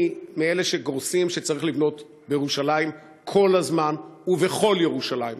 אני מאלה שגורסים שצריך לבנות בירושלים כל הזמן ובכל ירושלים.